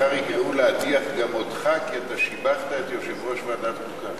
מחר יקראו להדיח גם אותך כי אתה שיבחת את יושב-ראש ועדת חוקה.